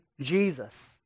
Jesus